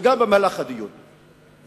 וגם במהלך הדיון,